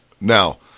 Now